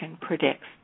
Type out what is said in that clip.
predicts